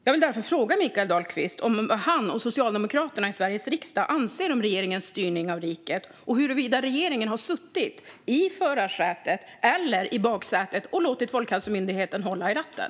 Jag vill därför fråga Mikael Dahlqvist vad han och Socialdemokraterna i Sveriges riksdag anser om regeringens styrning av riket och huruvida regeringen har suttit i förarsätet eller suttit i baksätet och låtit Folkhälsomyndigheten hålla i ratten.